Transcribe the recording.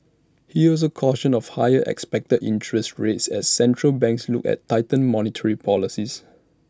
he also cautioned of higher expected interest rates as central banks look at tighten monetary policies